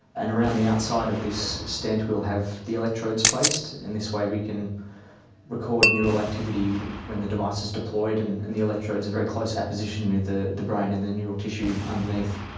and around the outside of this stent we will have the electrodes placed, and this way we can record neural activity when the device is deployed, and and the electrodes are very close apposition with the the brain and the neural tissue underneath.